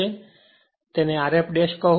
તેથી તેને Rf કહો